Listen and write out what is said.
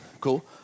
cool